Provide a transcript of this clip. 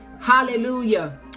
hallelujah